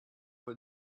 peu